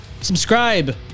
subscribe